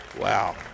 wow